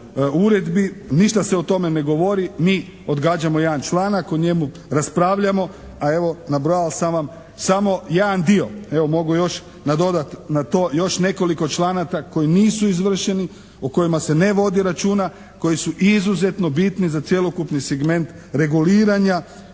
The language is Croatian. uredbi, ništa se o tome ne govori. Mi odgađamo jedan članak, o njemu raspravljamo, a evo nabrojao sam vam samo jedan dio. Evo mogu još nadodati na to još nekoliko članaka koji nisu izvršeni, o kojima se ne vodi računa, koji su izuzetno bitni za cjelokupni segment reguliranja